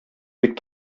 бик